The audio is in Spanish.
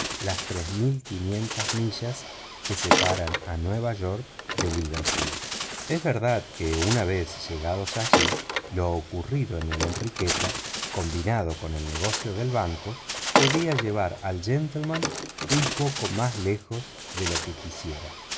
las tres mil quinientas millas que separan a nueva york de liverpool es verdad que una vez llegados allí lo ocurrido en la enriqueta combinado con el negocio del banco podía llevar al gentleman un poco más lejos de lo que quisiera